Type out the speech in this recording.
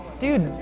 dude.